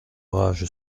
rage